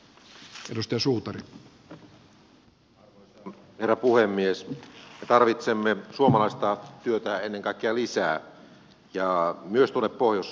me tarvitsemme suomalaista työtä ennen kaikkea lisää ja myös tuonne pohjois suomeen